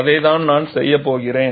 அதைத்தான் நான் செய்யப்போகிறேன்